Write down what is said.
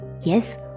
Yes